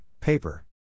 paper